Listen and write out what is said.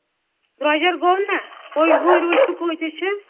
درٛوٚجر گوٚو نہ کوٚش بُہٕرۍ وٕچھِو کۭتِس چھِ